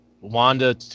wanda